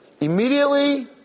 Immediately